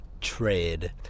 Trade